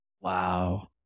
Wow